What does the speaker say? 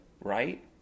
right